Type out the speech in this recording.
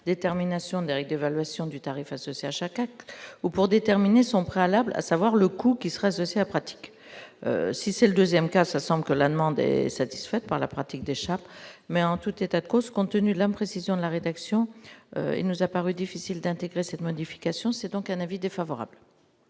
détermination d'Éric dévaluation du tarif associé à chacun ou pour déterminer son préalable, à savoir le coût qui serait associé à pratique si c'est le 2ème cas ça sans que la demande est satisfaite par la pratique des mais en tout état de cause, compte tenu de l'imprécision de la rédaction, il nous a paru difficile d'intégrer cette modification, c'est donc un avis défavorable.